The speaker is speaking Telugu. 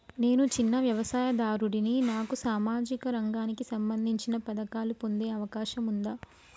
నేను చిన్న వ్యవసాయదారుడిని నాకు సామాజిక రంగానికి సంబంధించిన పథకాలు పొందే అవకాశం ఉందా?